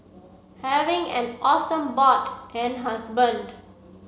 having an awesome bod and husband